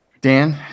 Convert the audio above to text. Dan